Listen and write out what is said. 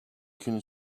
gün